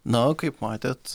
na kaip matėt